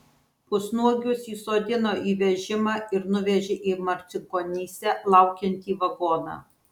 pusnuogius įsodino į vežimą ir nuvežė į marcinkonyse laukiantį vagoną